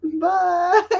Bye